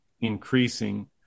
increasing